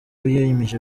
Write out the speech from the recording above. wiyemeje